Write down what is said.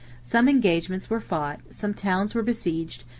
some engagements were fought, some towns were besieged,